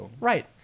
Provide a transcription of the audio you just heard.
right